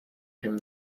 him